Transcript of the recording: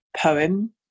poem